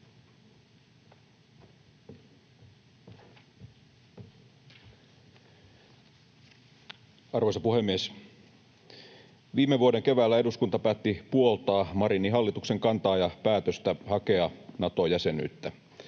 Arvoisa puhemies! Viime vuoden keväällä eduskunta päätti puoltaa Marinin hallituksen kantaa ja päätöstä hakea Nato-jäsenyyttä.